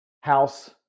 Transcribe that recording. House